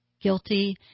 guilty